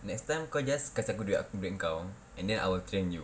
next time kau just kasi aku duit engkau and then I will train you